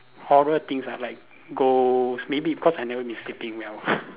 horror things ah like ghost maybe because I've never been sleeping well